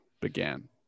began